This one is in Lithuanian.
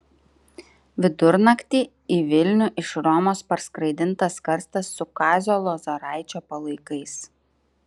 vidurnaktį į vilnių iš romos parskraidintas karstas su kazio lozoraičio palaikais